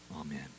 Amen